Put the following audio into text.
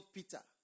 Peter